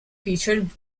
featured